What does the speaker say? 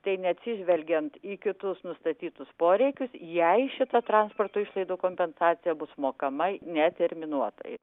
tai neatsižvelgiant į kitus nustatytus poreikius jai šita transporto išlaidų kompensacija bus mokama neterminuotai